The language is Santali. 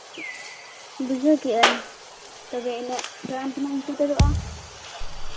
ᱵᱩᱡᱷᱟᱹᱣ ᱠᱮᱜ ᱟᱹᱧ ᱛᱚᱵᱮ ᱩᱱᱟᱹᱜ ᱴᱟᱲᱟᱝ ᱛᱮᱞᱟᱝ ᱥᱮᱴᱮᱨᱚᱜᱼᱟ